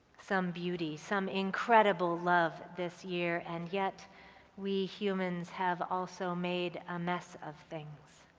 some beauty, some incredible love this year and yet we humans have also made a mess of things.